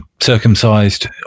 circumcised